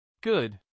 Good